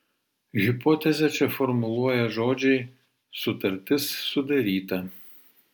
hipotezę čia formuluoja žodžiai sutartis sudaryta